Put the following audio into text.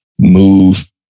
Move